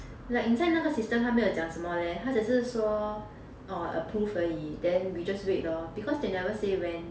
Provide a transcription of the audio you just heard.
like inside 那个 system 他没有讲什么 leh 他只是讲说 orh approve 而已 then we just wait lor because they never say when